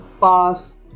pass